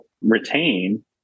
retain